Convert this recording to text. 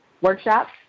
workshops